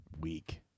week